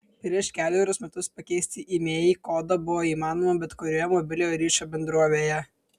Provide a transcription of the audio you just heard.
prieš kelerius metus pakeisti imei kodą buvo įmanoma bet kurioje mobiliojo ryšio bendrovėje